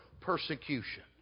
persecution